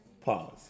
pause